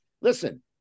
listen